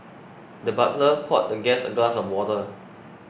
the butler poured the guest a glass of water